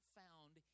found